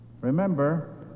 Remember